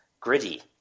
gritty